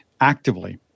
actively